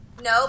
No